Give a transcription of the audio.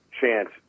chance